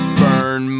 burn